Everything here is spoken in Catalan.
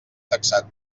taxat